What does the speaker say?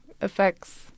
affects